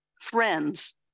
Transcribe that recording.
friends